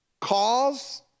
Cause